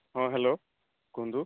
ହଁ ହ୍ୟାଲୋ କୁହନ୍ତୁ